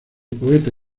poeta